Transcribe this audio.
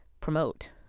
promote